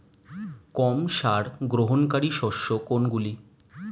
কম সার গ্রহণকারী শস্য কোনগুলি?